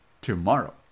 tomorrow